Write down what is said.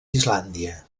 islàndia